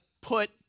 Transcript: put